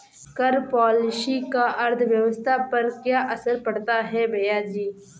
कर पॉलिसी का अर्थव्यवस्था पर क्या असर पड़ता है, भैयाजी?